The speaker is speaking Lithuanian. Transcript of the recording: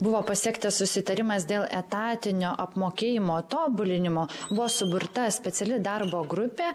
buvo pasiektas susitarimas dėl etatinio apmokėjimo tobulinimo buvo suburta speciali darbo grupė